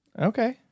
Okay